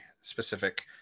specific